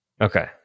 Okay